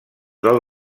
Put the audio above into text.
del